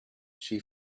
she